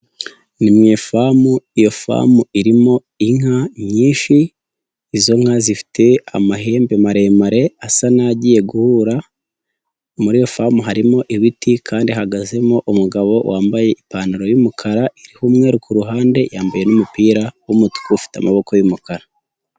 Ni mu ifamu, iyo famu irimo inka nyinshi, izo nka zifite amahembe maremare asa n'agiye guhura, muri iyo famu harimo ibiti kandi hahagazemo umugabo wambaye ipantaro y'umukara iriho umwe ku ruhande, yambaye n'umupira w'umutuku ufite amaboko y'umukara.